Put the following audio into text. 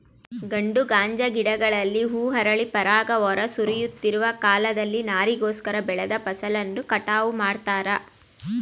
ಗಂಡು ಗಾಂಜಾ ಗಿಡಗಳಲ್ಲಿ ಹೂ ಅರಳಿ ಪರಾಗ ಹೊರ ಸುರಿಯುತ್ತಿರುವ ಕಾಲದಲ್ಲಿ ನಾರಿಗೋಸ್ಕರ ಬೆಳೆದ ಫಸಲನ್ನು ಕಟಾವು ಮಾಡ್ತಾರೆ